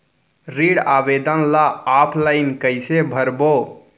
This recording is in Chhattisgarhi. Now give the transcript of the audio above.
ऋण आवेदन ल ऑफलाइन कइसे भरबो?